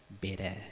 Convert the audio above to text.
better